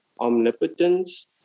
omnipotence